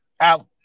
Out